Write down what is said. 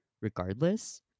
regardless